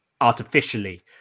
artificially